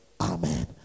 Amen